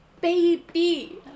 baby